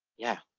yeah,